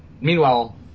Meanwhile